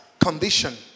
condition